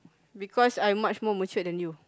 because I'm much more matured than you